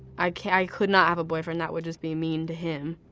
i can't, i could not have a boyfriend. that would just be mean to him.